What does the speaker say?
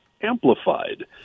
amplified